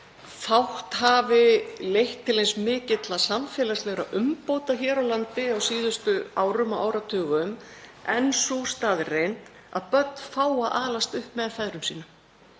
fátt hafi leitt til eins mikilla samfélagslegra umbóta hér á landi á síðustu árum og áratugum og sú staðreynd að börn fái að alast upp með feðrum sínum